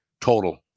total